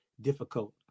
difficult